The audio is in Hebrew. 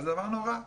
זה דבר נורא.